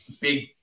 big